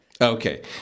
Okay